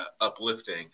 uplifting